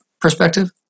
perspective